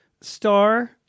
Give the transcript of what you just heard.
star